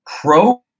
Pro